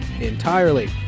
entirely